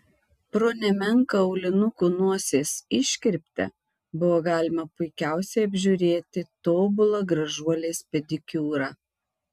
pro nemenką aulinukų nosies iškirptę buvo galima puikiausiai apžiūrėti tobulą gražuolės pedikiūrą